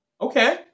okay